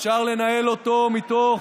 אפשר לנהל אותו מתוך